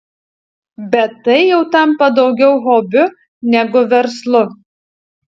bet tai jau tampa daugiau hobiu negu verslu